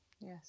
yes